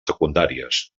secundàries